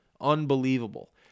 Unbelievable